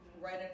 right